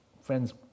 Friends